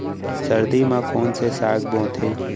सर्दी मा कोन से साग बोथे?